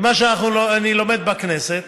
ממה שאני לומד בכנסת,